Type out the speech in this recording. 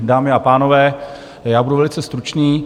Dámy a pánové, já budu velice stručný.